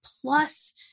plus